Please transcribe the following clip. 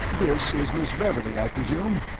this is miss beverley, i presume?